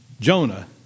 Jonah